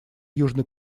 южный